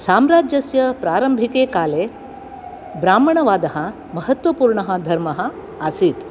साम्राज्यस्य प्रारम्भिके काले ब्राह्मणवादः महत्त्वपूर्णः धर्मः आसीत्